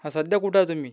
हं सध्या कुठं आ तुम्ही